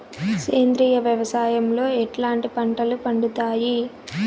సేంద్రియ వ్యవసాయం లో ఎట్లాంటి పంటలు పండుతాయి